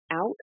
out